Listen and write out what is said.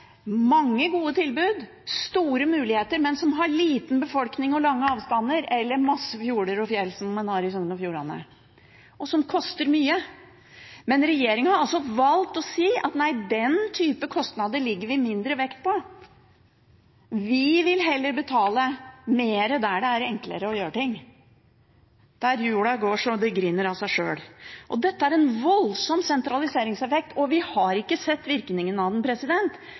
liten befolkning og lange avstander, eller masse fjorder og fjell, som man har i Sogn og Fjordane, og som koster mye. Men regjeringen har altså valgt å si at nei, den typen kostnader legger vi mindre vekt på. Vi vil heller betale mer der det er enklere å gjøre ting, der hjula går så det griner av seg sjøl. Dette har en voldsom sentraliseringseffekt, og vi har ikke sett virkningen av den.